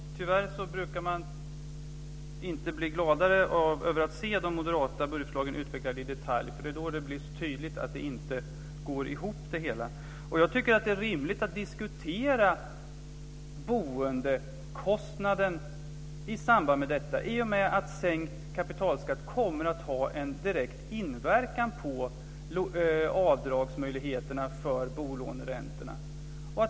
Fru talman! Tyvärr brukar man inte bli gladare av att se de moderata budgetförslagen utvecklade i detalj. Det blir då tydligt att det hela inte går ihop. Jag tycker att det är rimligt att diskutera boendekostnaden i samband med detta i och med att en kapitalskattesänkning kommer att ha en direkt inverkan på möjligheterna att dra av bolåneräntorna.